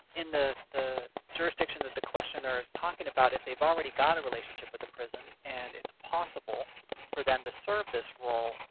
in the the jurisdiction that the questioner is talking about, if they've already got a relationship with the prison and it's possible for them to serve this role,